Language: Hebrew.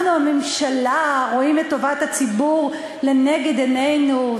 אנחנו, הממשלה, רואים את טובת הציבור לנגד עינינו.